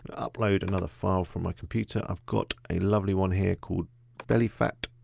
upload another file from my computer. i've got a lovely one here called belly fat.